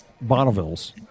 Bonnevilles